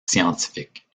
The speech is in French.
scientifiques